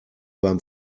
beim